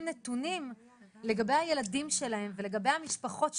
נתונים לגבי הילדים שלהם ולגבי המשפחות שלהם,